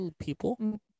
people